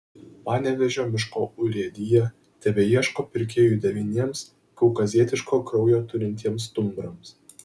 panevėžio miškų urėdija tebeieško pirkėjų devyniems kaukazietiško kraujo turintiems stumbrams